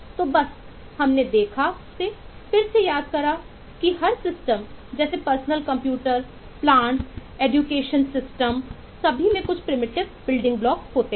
तो बस हमने देखा उसे फिर से याद करें कि हर सिस्टम होते हैं